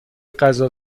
غذا